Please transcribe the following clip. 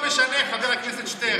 איך זה לא משנה, חבר הכנסת שטרן?